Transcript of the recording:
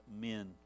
men